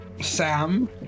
Sam